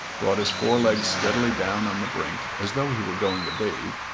brought his four legs steadily down on the brink as though he were going to bathe,